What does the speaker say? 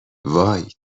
وای